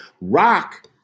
Rock